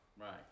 right